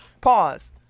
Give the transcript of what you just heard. Pause